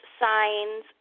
signs